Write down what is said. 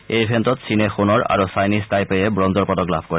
এই ইভেণ্টত চীনে সোণৰ আৰু চাইনিজ টাইপেয়ে ব্ৰঞ্জৰ পদক লাভ কৰে